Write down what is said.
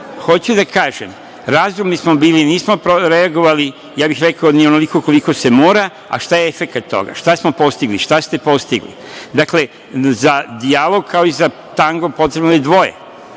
da kažem, razumni smo bili, nismo reagovali, ja bih rekao ni onoliko koliko se mora, a šta je efekat toga? Šta smo postigli? Šta ste postigli? Dakle, za dijalog, kao i za tango potrebno je dvoje.